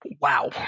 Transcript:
wow